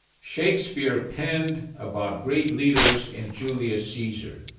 shakespeare penned about great leaders in julius caesar,